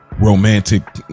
Romantic